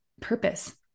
purpose